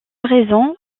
raison